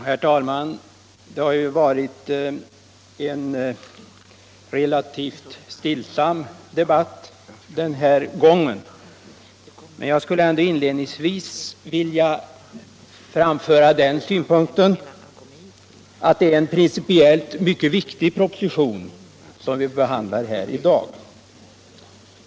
Herr talman! Det har varit en relativt stillsam debatt den här gången. Jag skulle ändå inledningsvis vilja framföra den synpunkten att det är en principiellt mycket viktig proposition som vi behandlar i dag.